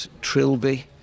trilby